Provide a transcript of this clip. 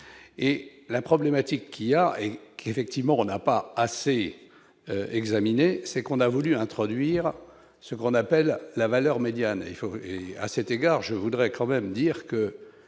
et la problématique qu'il y a et qu'effectivement on n'a pas assez examiné, c'est qu'on a voulu introduire ce qu'on appelle la valeur médiane, il faut à cet égard, je voudrais quand même dire que